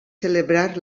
celebrar